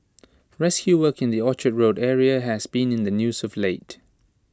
rescue work in the Orchard road area has been in the news of late